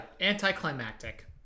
Anticlimactic